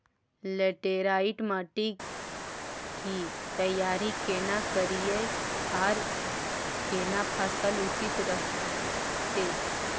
Laterite माटी की तैयारी केना करिए आर केना फसल उचित रहते?